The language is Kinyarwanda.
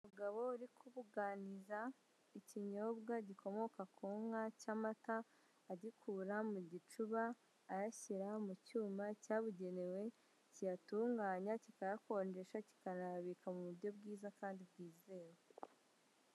Umugabo uribuganiza ikinyobwa gikomoka ku nka cy'amata, agikura mu gicubaa ayashyira mu cyuma cyabugenewe kiyatunganya, kikayakonjesha kikanabika mu buryo bwiza kandi bwizewe.